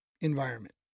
environment